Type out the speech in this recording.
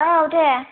औ दे